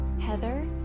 Heather